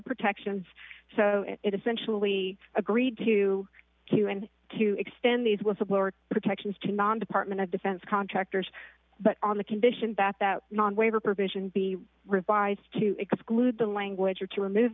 protections so it essentially agreed to q and a to extend these whistleblower protections to non department of defense contractors but on the condition that that non waiver provision be revised to exclude the language or to remove